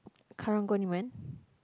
karang guni man